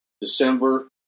December